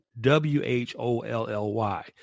W-H-O-L-L-Y